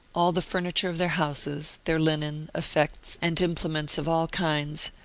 all the furniture of their houses, their linen, effects, and implements of all kinds,